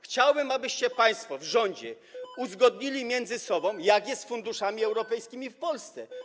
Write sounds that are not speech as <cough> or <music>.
Chciałbym, abyście <noise> państwo w rządzie uzgodnili między sobą, jak to jest z funduszami europejskimi w Polsce.